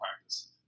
practice